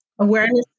Awareness